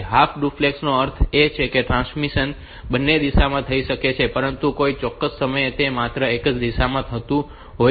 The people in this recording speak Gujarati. હાફ ડુપ્લેક્સ નો અર્થ એ કે ટ્રાન્સમિશન બંને દિશામાં થઈ શકે છે પરંતુ કોઈ ચોક્કસ સમયે તે માત્ર એક જ દિશામાં થતું હોય છે